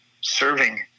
serving